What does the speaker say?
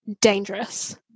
dangerous